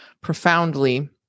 profoundly